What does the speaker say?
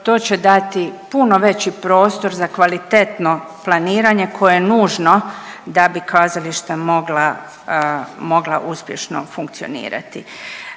To će dati puno veći prostor za kvalitetno planiranje koje je nužno da bi kazališta mogla uspješno funkcionirati.